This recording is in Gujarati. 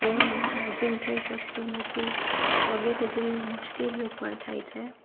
ફોનમાં ચાર્જિંગ થઈ શકતું નથી વગેરે જેવી મુશ્કેલઓ પણ થાય છે